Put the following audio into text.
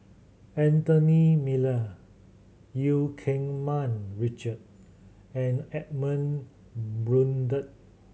Anthony Miller Eu Keng Mun Richard and Edmund Blundell